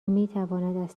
میتواند